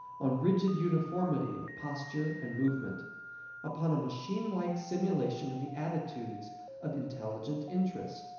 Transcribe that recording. on rigid uniformity of posture and movement upon a machine-like simulation of the attitudes of intelligent interest.